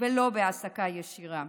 ולא בהעסקה ישירה.